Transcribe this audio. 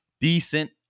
decent